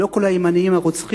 לא כל הימנים הם רוצחים,